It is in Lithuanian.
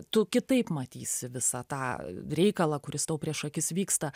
tu kitaip matysi visą tą reikalą kuris tau prieš akis vyksta